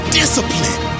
discipline